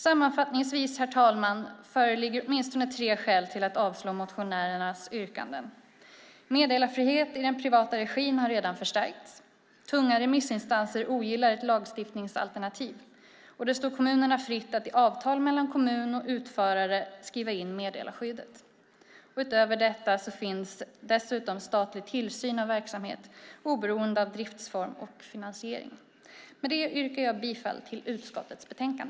Sammanfattningsvis, herr talman, föreligger åtminstone tre skäl till att avslå motionärernas yrkanden: Meddelarfriheten i den privata regin har redan förstärkts. Tunga remissinstanser ogillar ett lagstiftningsalternativ. Och det står kommunerna fritt att i avtal mellan kommun och utförare skriva in meddelarskyddet. Utöver detta finns dessutom statlig tillsyn av verksamhet, oberoende av driftsform och finansiering. Med detta yrkar jag bifall till utskottets förslag.